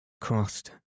crossed